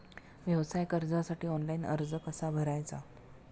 व्यवसाय कर्जासाठी ऑनलाइन अर्ज कसा भरायचा?